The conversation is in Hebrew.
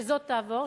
וזו תעבור,